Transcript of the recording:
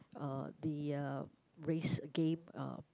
uh the a race game uh